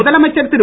முதலமைச்சர் திரு